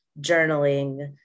journaling